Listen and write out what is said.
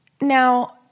Now